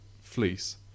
Fleece